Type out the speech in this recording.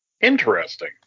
Interesting